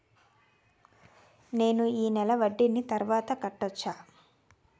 నేను ఈ నెల వడ్డీని తర్వాత కట్టచా?